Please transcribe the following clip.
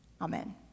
Amen